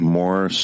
more